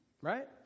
right